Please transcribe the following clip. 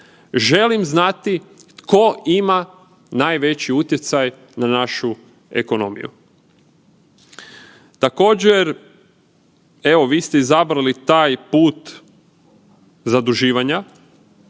želim znati tko ima najveći utjecaj na našu ekonomiju. Također, evo vi ste izabrali taj put zaduživanja.